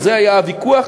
ועל זה היה הוויכוח,